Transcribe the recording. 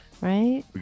Right